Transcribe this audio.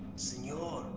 senor,